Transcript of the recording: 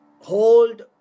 Hold